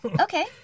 Okay